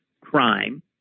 crime